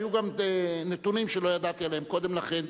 והיו גם נתונים שלא ידעתי עליהם קודם לכן,